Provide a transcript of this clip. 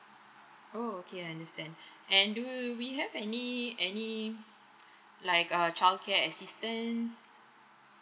oh okay understand and do we have any any like uh childcare assistance